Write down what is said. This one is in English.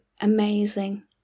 amazing